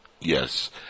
Yes